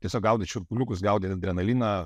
tiesiog gaudyti šiurpuliukus gaudyti adrenaliną